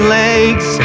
legs